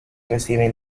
recibe